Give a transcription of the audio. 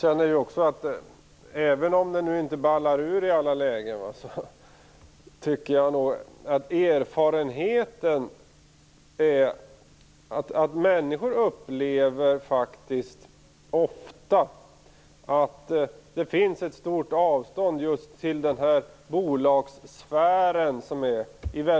Fru talman! Även om det nu inte ballar ur i alla lägen tror jag nog att människor ofta upplever att det finns ett stort avstånd till bolagssfären i många kommuner.